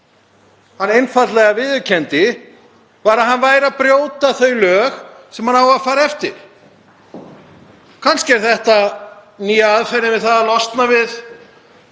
einfaldlega var að hann væri að brjóta þau lög sem hann á að fara eftir. Kannski er þetta nýja aðferðin við að losna við